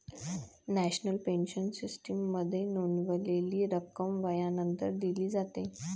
national pension सिस्टीममध्ये नोंदवलेली रक्कम वयानंतर दिली जाते